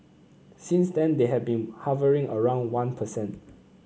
since then they have been hovering around one percent